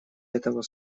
этого